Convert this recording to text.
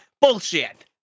Bullshit